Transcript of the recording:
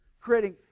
creating